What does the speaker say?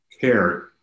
care